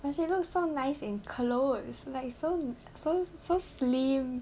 plus she look so nice in clothes like so so so slim